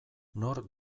nor